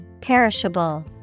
Perishable